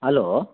hello